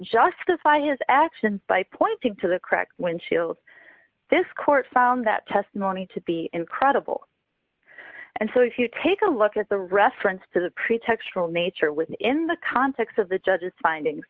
justify his action by pointing to the cracked windshield this court found that testimony to be incredible and so if you take a look at the reference to the pretextual nature within the context of the judge's findings